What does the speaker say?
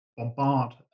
bombard